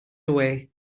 away